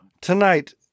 tonight